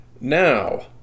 now